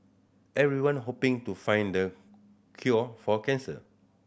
everyone hoping to find the cure for cancer